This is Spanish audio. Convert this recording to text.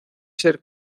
ser